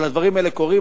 אבל הדברים האלה קורים.